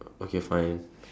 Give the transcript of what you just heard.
okay fine